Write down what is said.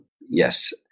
yes